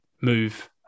move